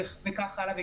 וכן הלאה.